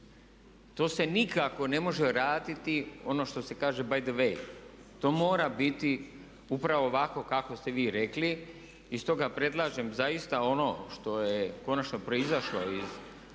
To se nikako ne može vratiti ono što se kaže bdw. to mora biti upravo ovako kako ste vi rekli i stoga predlažem zaista ono što je konačno proizašlo iz naše